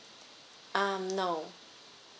um no